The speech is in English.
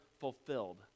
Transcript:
fulfilled